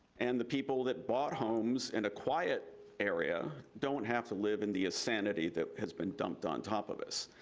and the people that bought homes in a quiet area don't have to live in the insanity that has been dumped on top of us.